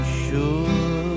sure